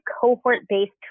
cohort-based